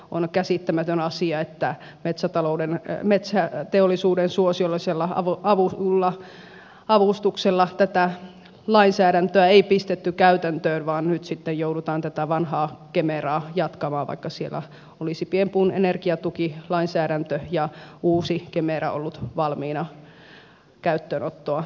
on käsittämätön asia että metsäteollisuuden suosiollisella avustuksella tätä lainsäädäntöä ei pistetty käytäntöön vaan nyt sitten joudutaan tätä vanhaa kemeraa jatkamaan vaikka siellä olisi pienpuun energiatuki lainsäädäntö ja uusi kemera ollut valmiina käyttöönottoa varten